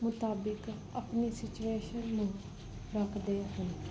ਮੁਤਾਬਿਕ ਆਪਣੀ ਸਿਚੁਏਸ਼ਨ ਨੂੰ ਰੱਖਦੇ ਹਨ